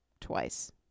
twice